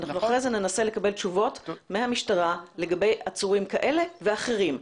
ואחר כך ננסה לקבל תשובות מהמשטרה לגבי עצורים כאלה ואחרים.